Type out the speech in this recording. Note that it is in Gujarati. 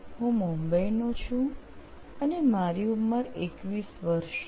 હું મુંબઈનો છું અને મારી ઉંમર 21 વર્ષ છે